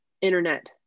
internet